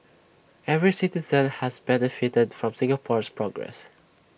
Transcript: every citizen has benefited from Singapore's progress